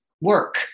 work